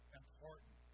important